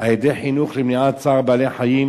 על-ידי חינוך למניעת צער בעלי-חיים